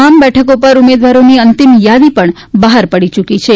તમામ બેઠકો પર ઉમેદવારોની અંતિમ યાદી પણ બહાર પડી ચુકી છે